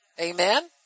Amen